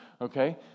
okay